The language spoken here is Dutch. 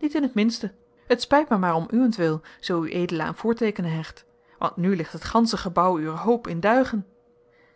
niet in het minste het spijt mij maar om uwentwil zoo ued aan voorteekenen hecht want nu ligt het gansche gebouw uwer hoop in duigen